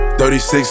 36